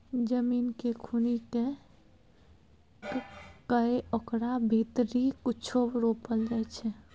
जमीन केँ खुनि कए कय ओकरा भीतरी कुछो रोपल जाइ छै